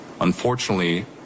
Unfortunately